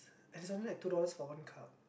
and it's only like two dollars for one cup